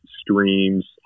streams